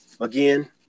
again